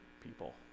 people